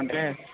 అంటే